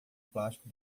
plástico